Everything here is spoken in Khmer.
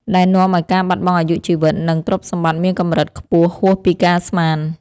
ដែលនាំឱ្យការបាត់បង់អាយុជីវិត និងទ្រព្យសម្បត្តិមានកម្រិតខ្ពស់ហួសពីការស្មាន។